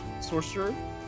sorcerer